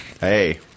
Hey